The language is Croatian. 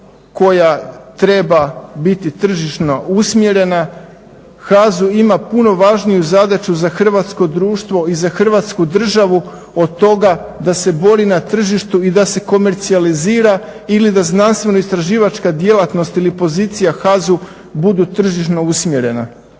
koja treba biti tržišno usmjerena. HAZU ima puno važniju zadaću za hrvatsko društvo i za Hrvatsku državu od toga da se bori na tržištu i da se komercijalizira ili da znanstveno-istraživačka djelatnost ili pozicija HAZU bude tržišno usmjerena.